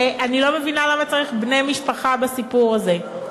שאני לא מבינה למה צריך בני משפחה בסיפור הזה.